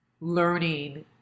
learning